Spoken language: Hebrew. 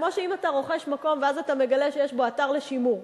כמו שאם אתה רוכש מקום ואז אתה מגלה שיש בו אתר לשימור,